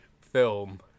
film